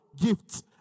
gifts